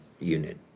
unit